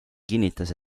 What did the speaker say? kinnitas